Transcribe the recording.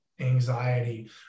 anxiety